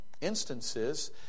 instances